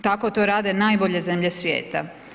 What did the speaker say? Tako to rade najbolje zemlje svijeta.